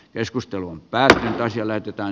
keskustelun pääseväsi lähetyttään